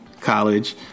college